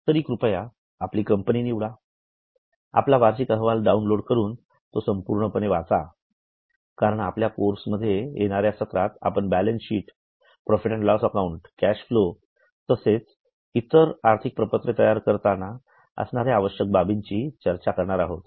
तर कृपया आपली कंपनी निवडा आपला वार्षिक अहवाल डाउनलोड करुन तो संपूर्ण वाचाकारण आपल्या कोर्समध्ये येणाऱ्या सत्रात आपण balance sheet profit and loss account cash flow तसेच आर्थिक प्रपत्रे तयार करताना असणाऱ्या आवश्यक बाबींची चर्चा करणार आहोत